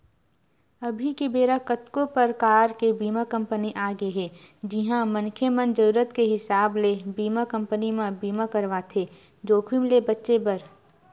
अभी के बेरा कतको परकार के बीमा कंपनी आगे हे जिहां मनखे मन जरुरत के हिसाब ले बीमा कंपनी म बीमा करवाथे जोखिम ले बचें बर